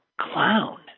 clown